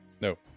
No